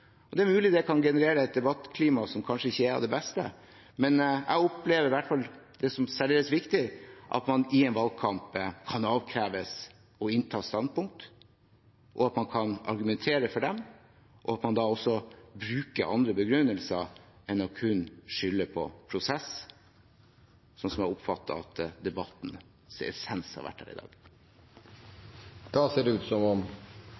spesielt. Det er mulig det kan generere et debattklima som kanskje ikke er av det beste, men jeg opplever i hvert fall det som særdeles viktig at man i en valgkamp kan avkreves å innta standpunkt, at man kan argumentere for dem, og at man da bruker andre begrunnelser enn kun å skylde på prosess, som jeg oppfatter at debattens essens har vært her i dag. Flere har ikke bedt om